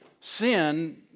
sin